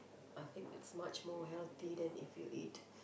I think it's much more healthier than if you eat